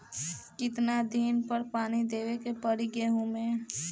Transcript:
कितना दिन पर पानी देवे के पड़ी गहु में?